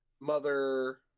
mother